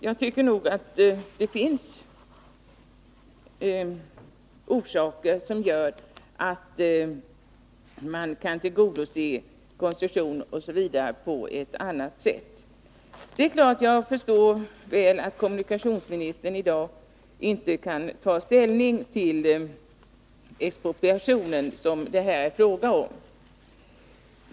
Jag tycker att det finns orsaker som gör att man kan tillgodose önskemål om koncession osv. på ett annat sätt. Det är klart att jag väl förstår att kommunikationsministern i dag inte kan ta ställning till expropriationen, som det här gäller.